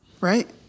Right